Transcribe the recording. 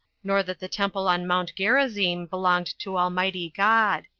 nor that the temple on mount gerizzim belonged to almighty god.